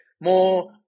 more